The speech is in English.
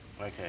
Okay